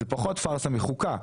זה פחות פרסה מחוקה,